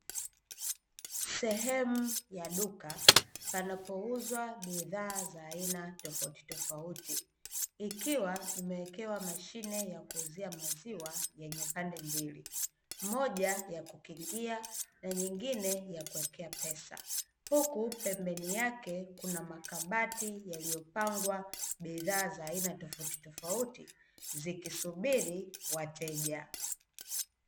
Sehemu ya duka panapouzwa bidhaa za aina tofautitofauti, ikiwa imewekewa mashine ya kuuzia maziwa yenye pande mbili, moja ya kukingia na nyingine ya kuwekea pesa, huku pembeni yake kuna makabati yaliyopangwa bidhaa za aina tofautitofauti, zikisubiri wateja.